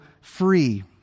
free